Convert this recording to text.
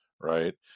right